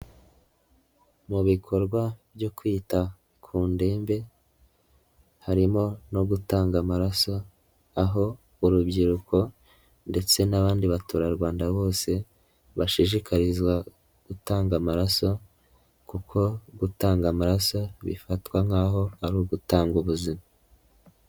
Mu bikorwa byo kwita ku ndembe harimo no gutanga amaraso, aho urubyiruko ndetse n'abandi baturarwanda bose, bashishikarizwa gutanga amaraso kuko gutanga amaraso bifatwa nk'aho ari ugutanga ubuzima.